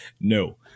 No